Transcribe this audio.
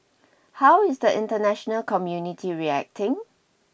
how is the international community reacting